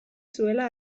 zuela